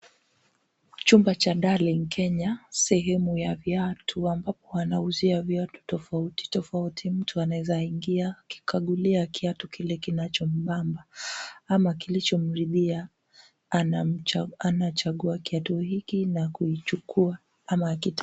Chumba cha Darling Kenya sehemu ya viatu ambapo wanauzia viatu tofauti tofauti. Mtu anawezaingia akikagulia kiatu kile kinachombamba ama kilichoridhia. Anachagua kiatu hiki na kuichukua ama.